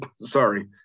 Sorry